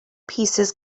pieces